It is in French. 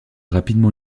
rapidement